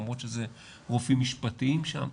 למרות שאלה רופאים משפטיים שם.